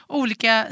olika